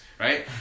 Right